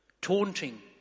taunting